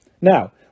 Now